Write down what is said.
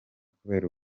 kubera